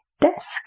desk